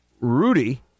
Rudy